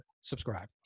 subscribe